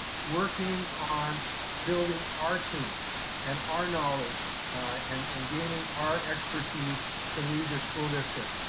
working on building our team and our knowledge and and gaining our expertise to lead this school district.